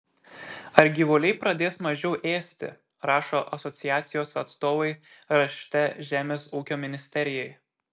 ar gyvuliai pradės mažiau ėsti rašo asociacijos atstovai rašte žemės ūkio ministerijai